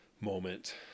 moment